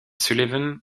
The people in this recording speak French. sullivan